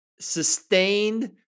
sustained